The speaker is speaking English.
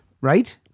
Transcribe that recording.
Right